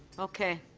okay.